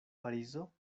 parizo